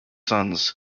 sons